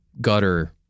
gutter